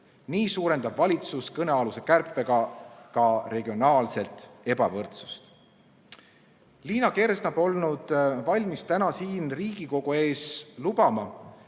Nii suurendab valitsus kõnealuse kärpega ka regionaalset ebavõrdsust. Liina Kersna polnud valmis täna siin Riigikogu ees lubama,